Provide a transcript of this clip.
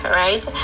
right